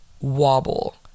wobble